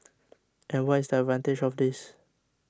and what is the advantage of this